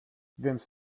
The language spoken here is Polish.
więc